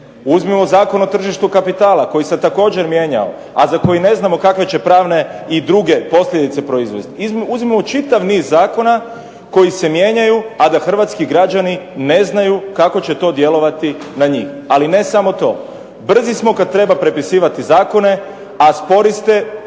Uzmimo Zakon o tržištu kapitala koji se također mijenjao, a za koji ne znamo kakve će pravne i druge posljedice proizvesti. Uzmimo čitav niz zakona koji se mijenjaju, a da hrvatski građani ne znaju kako će to djelovati na njih. Ali ne samo to, brzi smo kad treba prepisivati zakone, a spori ste,